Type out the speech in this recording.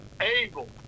able